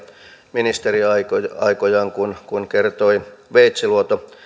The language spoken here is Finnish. ministeriaikojaan kun kun kertoi veitsiluoto